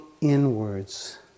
inwards